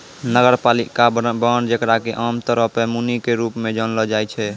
नगरपालिका बांड जेकरा कि आमतौरो पे मुनि के रूप मे जानलो जाय छै